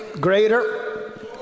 greater